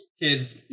kids